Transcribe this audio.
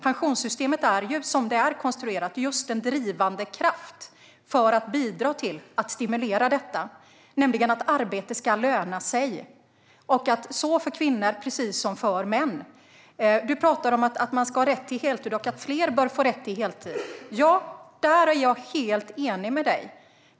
Pensionssystemet är ju, som det är konstruerat, just en drivande kraft för att bidra till att stimulera detta, nämligen att arbete ska löna sig för kvinnor precis som för män. Du pratar om att man ska ha rätt till heltid och att fler bör få rätt till heltid. Där är jag helt enig med dig.